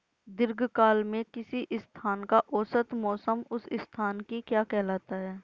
दीर्घकाल में किसी स्थान का औसत मौसम उस स्थान की क्या कहलाता है?